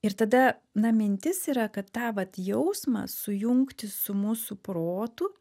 ir tada na mintis yra kad tą vat jausmą sujungti su mūsų protu